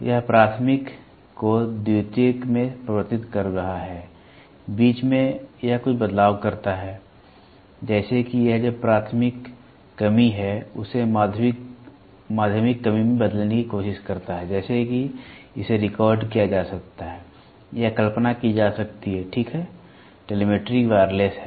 यह प्राथमिक को द्वितीयक में परिवर्तित कर रहा है बीच में यह कुछ बदलाव करता है जैसे कि यह जो भी प्राथमिक कमी है उसे माध्यमिक कमी में बदलने की कोशिश करता है जैसे कि इसे रिकॉर्ड किया जा सकता है या कल्पना की जा सकती है ठीक है टेलीमेट्री वायरलेस है